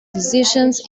decisions